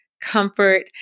comfort